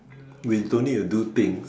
we don't need to do things